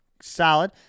solid